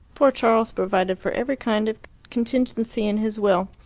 poor charles provided for every kind of contingency in his will.